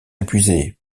épuisées